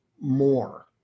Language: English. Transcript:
more